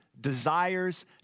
desires